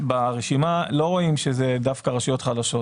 ברשימה לא רואים שזה דווקא רשויות חלשות,